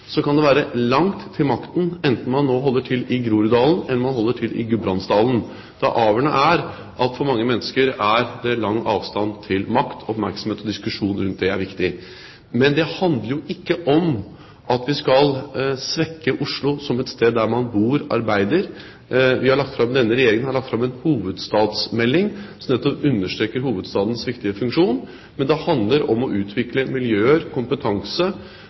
kan det være langt til makten, enten man holder til i Groruddalen eller man holder til i Gudbrandsdalen. Det avgjørende er at for mange mennesker er det lang avstand til makt, og oppmerksomhet og diskusjon rundt det er viktig. Dette handler jo ikke om at vi skal svekke Oslo som et sted der man bor og arbeider – denne regjeringen har lagt fram en hovedstadsmelding, som nettopp understreker hovedstadens viktige funksjon – men det handler om å utvikle miljøer og kompetanse